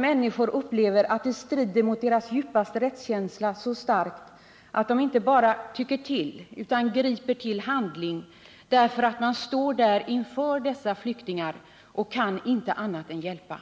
Människor upplever ju att assyriernas situation så starkt strider mot deras djupaste rättskänsla att de inte bara tycker till utan griper till handling när de står där inför dessa flyktingar och inte kan annat än hjälpa.